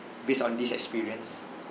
based on this experience